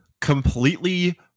completely